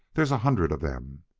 there's a hundred of them!